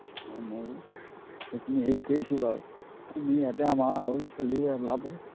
অঁ ময়ো সেইখিনি হেৰি কৰিছোঁ বাৰু আমি ইয়াতে আমাৰ আৰু ল'ৰা ছোৱালী ওলাব